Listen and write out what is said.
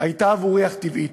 הייתה עבורי אך טבעית.